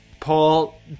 Paul